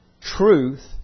truth